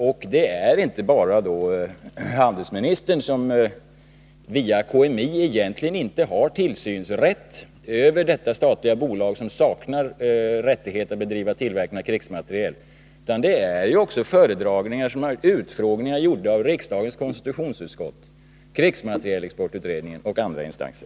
Det handlar alltså inte bara om handelsministern, som via krigsmaterielinspektören egentligen inte har tillsynsrätt över detta statliga bolag, som saknar rättighet att bedriva tillverkning av krigsmateriel, utan det handlar också om föredragningar och om utfrågningar gjorda av riksdagens konstitutionssutskott, krigsmaterielexportutredningen och andra instanser.